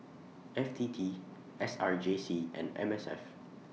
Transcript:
F T T S R J C and M S F